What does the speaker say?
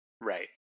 Right